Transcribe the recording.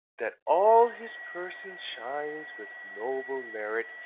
that all his person shines with noble merit,